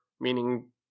meaning